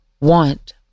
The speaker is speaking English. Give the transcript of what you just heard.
want